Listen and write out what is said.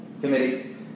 Committee